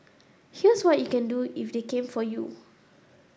here's what you can do if they came for you